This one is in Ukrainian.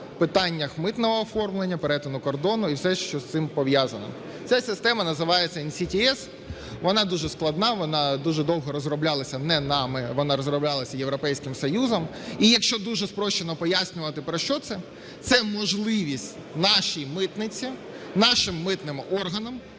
питаннях митного оформлення, перетину кордону і все, що з цим пов'язано. Ця система називається NCTS. Вона дуже складна, вона дуже довго розроблялася не нами, вона розроблялася Європейським Союзом. І якщо дуже спрощено пояснювати про що це, це можливість нашій митниці, нашим митним органам